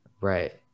right